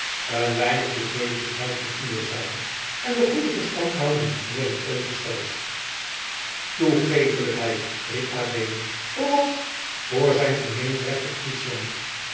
een weinig toegeeflijkheid van uwe zijde en de goede verstandhouding is meer dan ooit hersteld toegeeflijkheid riep adeelen voor wat voor zijn vermeend recht op friesland